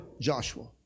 Joshua